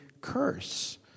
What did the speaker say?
curse